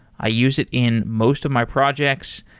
i use it in most of my projects.